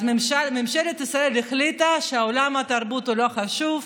אז ממשלת ישראל החליטה שעולם התרבות הוא לא חשוב.